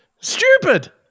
stupid